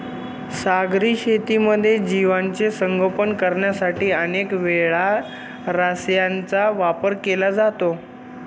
सागरी शेतीमध्ये जीवांचे संगोपन करण्यासाठी अनेक वेळा रसायनांचा वापर केला जातो